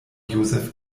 joseph